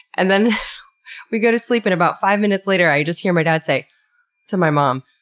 and then we go to sleep and about five minutes later i just hear my dad say to my mom,